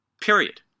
Period